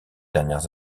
dernières